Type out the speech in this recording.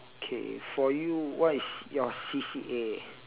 okay for you what is your C_C_A